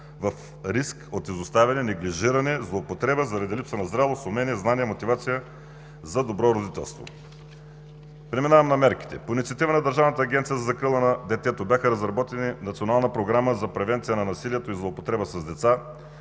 в риск от изоставяне, неглижиране, злоупотреба заради липса на зрялост, умения, знание, мотивация за добро родителство. Преминавам на мерките. По инициатива на Държавната агенция за закрила на детето бяха разработени Национална програма за превенция на насилието и злоупотреба с деца